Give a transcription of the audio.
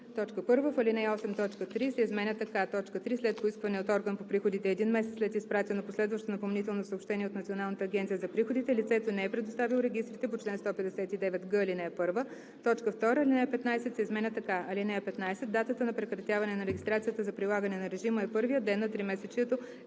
като: „1. В ал. 8, т. 3 се изменя така: „3. след поискване от орган по приходите и един месец след изпратено последващо напомнително съобщение от Националната агенция за приходите лицето не е предоставило регистрите по чл. 159г, ал. 1.“ 2. Ал. 15 се изменя така: „(15) Датата на прекратяване на регистрацията за прилагане на режима е първият ден на тримесечието,